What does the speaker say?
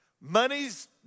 money's